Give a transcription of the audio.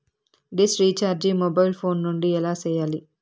dish recharge mobile phone నుండి ఎలా సేయాలి